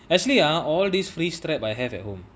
actually ah all these free strap I have at home